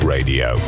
Radio